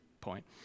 point